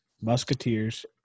Musketeers